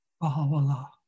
Baha'u'llah